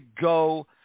go